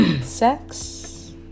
sex